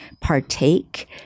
partake